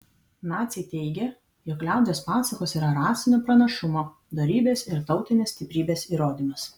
naciai teigė jog liaudies pasakos yra rasinio pranašumo dorybės ir tautinės stiprybės įrodymas